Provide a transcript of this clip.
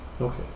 Okay